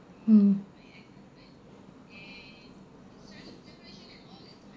mm